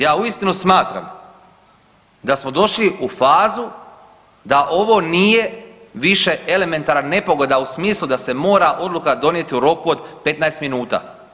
Ja uistinu smatram da smo došli u fazu da ovo nije više elementarna nepogoda u smislu da se mora odluka donijeti u roku od 15 minuta.